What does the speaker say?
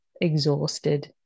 exhausted